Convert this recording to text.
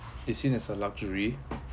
is seen as a luxury